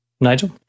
Nigel